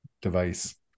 device